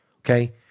okay